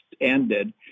ended